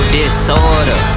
disorder